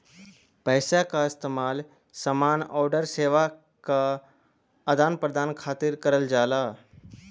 पइसा क इस्तेमाल समान आउर सेवा क आदान प्रदान खातिर करल जाला